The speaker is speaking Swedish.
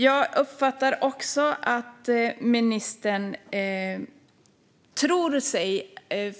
Jag uppfattar att ministern tror sig